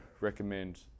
recommend